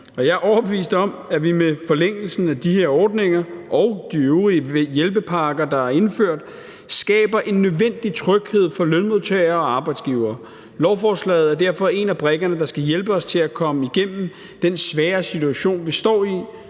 jeg er overbevist om, at vi med forlængelsen af de her ordninger og de øvrige hjælpepakker, der er indført, skaber en nødvendig tryghed for lønmodtagere og arbejdsgivere. Lovforslaget er derfor en af brikkerne, der skal hjælpe os til at komme igennem den svære situation, vi står i.